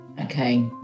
okay